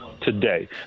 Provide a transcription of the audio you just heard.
today